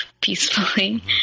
peacefully